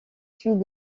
suit